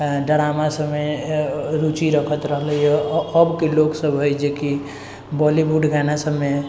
drama सबमे रुचि रखैत रहलैए अबके लोग सब हइ जेकि बॉलीवुड गाना सबमे